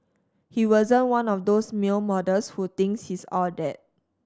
he wasn't one of those male models who thinks he's all that